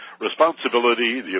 responsibility